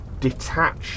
detached